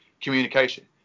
communication